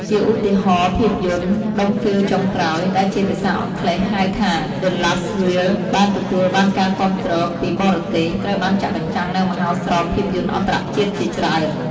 ជាឧទាហរណ៍ ភាពយន្ត "ដុំហ្វីលចុងក្រោយ" ដែលជាភាសាអង់គ្លេស ហៅថា ដឺ ឡាស់ រីល (The Last Reel) បានទទួលបានការគាំទ្រពីបរទេស ត្រូវបានចាក់បញ្ចាំងនៅមហោស្រពភាពយន្តអន្តរជាតិជាច្រើន។